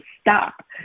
stop